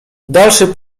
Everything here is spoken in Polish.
dalszy